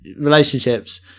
relationships